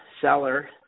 seller